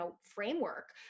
framework